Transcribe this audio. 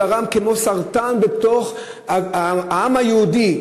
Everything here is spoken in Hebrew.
כמו סרטן בתוך העם היהודי,